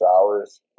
hours